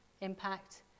impact